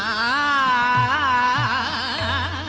aa